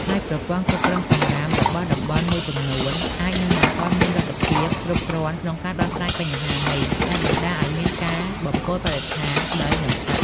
ហើយប្រព័ន្ធគ្រប់គ្រងសំរាមរបស់តំបន់មួយចំនួនអាចនឹងមិនទាន់មានលទ្ធភាពគ្រប់គ្រាន់ក្នុងការដោះស្រាយបញ្ហានេះ ដែលបណ្តាលឱ្យមានការបំពុលបរិស្ថាន ដី និងទឹក។